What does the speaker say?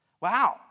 Wow